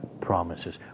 promises